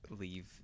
leave